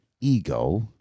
Ego